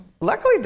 luckily